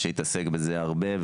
שהתעסק בזה הרבה,